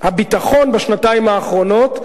הביטחון בשנתיים האחרונות,